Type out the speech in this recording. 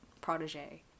protege